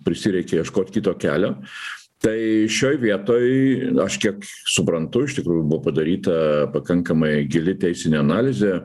prisireikė ieškot kito kelio tai šioj vietoj aš kiek suprantu iš tikrųjų buvo padaryta pakankamai gili teisinė analizė